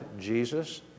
Jesus